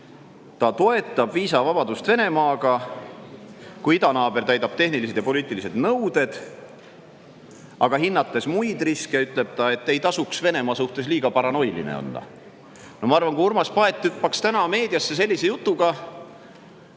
ta toetab viisavabadust Venemaaga, kui idanaaber täidab tehnilised ja poliitilised nõuded. Hinnates muid riske, ütles ta, ei tasuks Venemaa suhtes liiga paranoiline olla. Ma arvan, et kui Urmas Paet hüppaks täna meediasse sellise jutuga,